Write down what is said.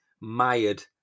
mired